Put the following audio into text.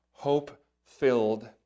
hope-filled